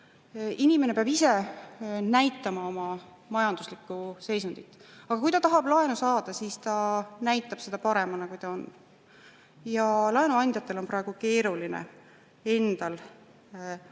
Inimene peab ise näitama oma majanduslikku seisundit, aga kui ta tahab laenu saada, siis ta näitab seda paremana, kui see on. Laenuandjatel on praegu keeruline endal päris